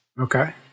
Okay